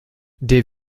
der